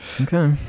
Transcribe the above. Okay